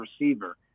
receiver